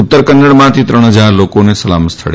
ઉત્તર કન્નડમાંથી ત્રણ હજાર લોકોને સલામત સ્થળે